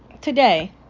Today